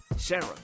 Sarah